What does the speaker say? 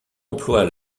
emploie